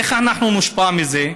איך אנחנו נושפע מזה?